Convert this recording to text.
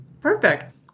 Perfect